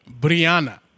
Brianna